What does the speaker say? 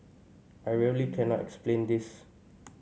I really cannot explain this